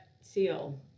Seal